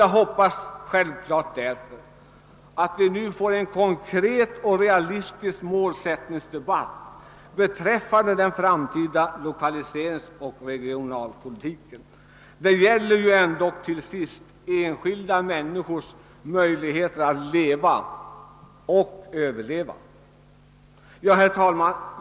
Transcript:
Jag hoppas självklart därför att vi nu får en konkret och realistisk målsättningsdebatt beträffande den framtida lokaliseringsoch regionalpolitiken. Det gäller ju ändock till sist enskilda människors möjligheter att leva — och överleva. Herr talman!